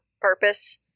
purpose